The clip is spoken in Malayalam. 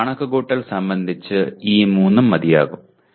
എന്നാൽ കണക്കുകൂട്ടൽ സംബന്ധിച്ച് ഈ മൂന്നും മതിയാകും